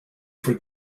for